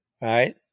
right